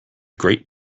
great